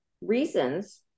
reasons